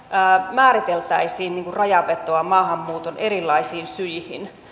määriteltäisiin rajanvetoa maahanmuuton erilaisiin syihin